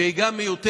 שהיא גם מיותרת,